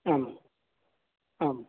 आम् आम्